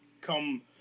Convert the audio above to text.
come